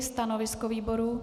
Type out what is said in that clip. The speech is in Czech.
Stanovisko výboru?